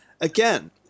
again